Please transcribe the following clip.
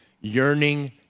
yearning